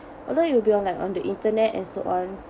although you'll be on like on the internet and so on